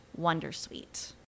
Wondersuite